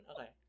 okay